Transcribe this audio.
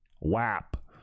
WAP